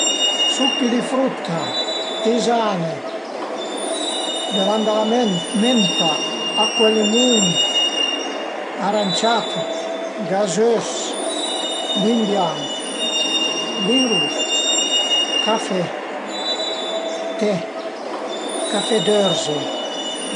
Succhi di frutta, tizane, bevande a la menta, acua e limun, aranciata, gazös, vin bianch, vin rus, café, te, café d'örze